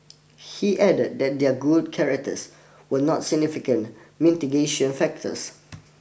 he added that their good characters were not significant mitigatio factors